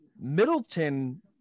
Middleton